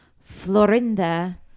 Florinda